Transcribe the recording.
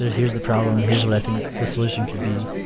ah here's the problem. here's what i think the solution could be.